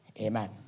Amen